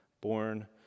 Born